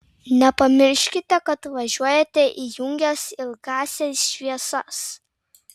nepamirškite kad važiuojate įjungęs ilgąsias šviesas